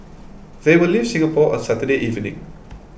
they will leave Singapore on Saturday evening